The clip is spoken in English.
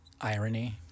irony